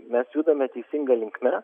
mes judame teisinga linkme